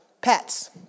pets